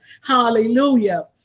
Hallelujah